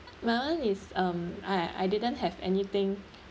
my [one] is um I I didn't have anything